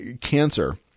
cancer